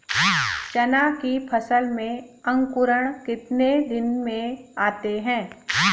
चना की फसल में अंकुरण कितने दिन में आते हैं?